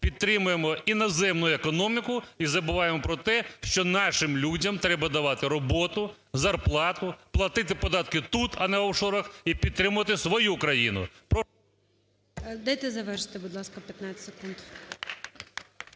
підтримуємо іноземну економіку і забуваємо про те, що нашим людям треба давати роботу, зарплату, платити податки тут, а не в офшорах і підтримувати свою країну. Прошу… ГОЛОВУЮЧИЙ. Дайте завершити, будь ласка, 15 секунд.